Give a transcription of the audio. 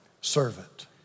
servant